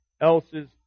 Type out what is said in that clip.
else's